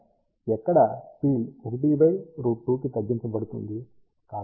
ఎక్కడ ఫీల్డ్ 1√2 కి తగ్గించబడుతుంది